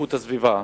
ואיכות הסביבה